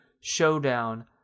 Showdown